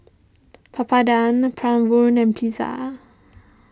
Papadum Bratwurst and Pizza